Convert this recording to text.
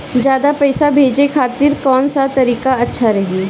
ज्यादा पईसा भेजे खातिर कौन सा तरीका अच्छा रही?